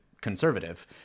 conservative